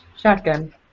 Shotgun